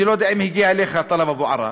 אני לא יודע אם הגיע אליך, טלב אבו עראר.